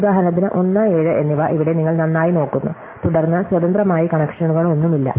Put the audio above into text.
ഉദാഹരണത്തിന് 1 7 എന്നിവ ഇവിടെ നിങ്ങൾ നന്നായി നോക്കുന്നു തുടർന്ന് സ്വതന്ത്രമായി കണക്ഷനുകളൊന്നുമില്ല